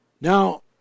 now